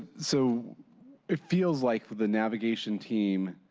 so it feels like for the navigation team